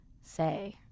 say